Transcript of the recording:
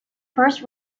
first